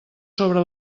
sobre